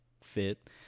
fit